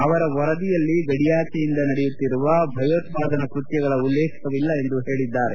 ಅವರ ವರದಿಯಲ್ಲಿ ಗಡಿಯಾಚೆಯಿಂದ ನಡೆಯುತ್ತಿರುವ ಭಯೋತ್ಪಾದನಾ ಕೃತ್ವಗಳ ಉಲ್ಲೇಖವಿಲ್ಲ ಎಂದು ಹೇಳಿದ್ದಾರೆ